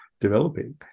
developing